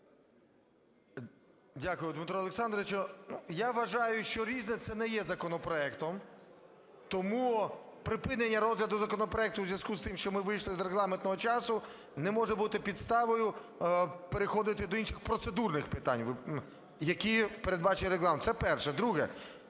Дякую, Дмитре Олександровичу. Я вважаю, що "Різне" - це не є законопроектом. Тому припинення розгляду законопроекту в зв'язку з тим, що ми вийшли з регламентного часу, не може бути підставою переходити до інших процедурних питань, які передбачені Регламентом. Це перше. Друге.